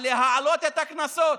על העלאת הקנסות.